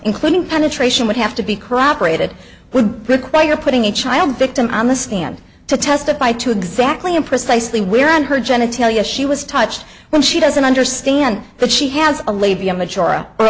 including penetration would have to be corroborated would require putting a child victim on the stand to testify to exactly and precisely where on her genitalia she was touched when she doesn't understand that she has a lady